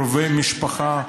קרובי משפחה.